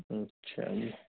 अच्छा जी